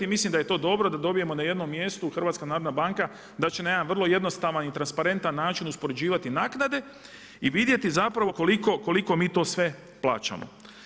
Mislim da je to dobro da dobijemo na jednom mjestu HNB, da će na jedan jednostavna i transparentan način uspoređivati naknade i vidjeti zapravo koliko mi to sve plaćamo.